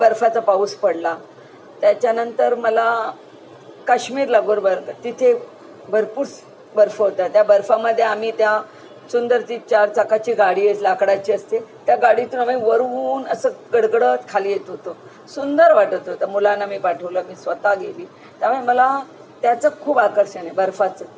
बर्फाचा पाऊस पडला त्याच्यानंतर मला काश्मीरला गुलमर्ग तिथे भरपूर स् बर्फ होता त्या बर्फामध्ये आम्ही त्या सुंदर ती चार चाकाची गाडी अस् लाकडाची असते त्या गाडीतून आम्ही वरून असं गडगडत खाली येत होतो सुंदर वाटत होतं मुलांना मी पाठवलं मी स्वतः गेली त्यामुळे मला त्याचं खूप आकर्षण आहे बर्फाचं